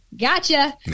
gotcha